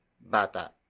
BATA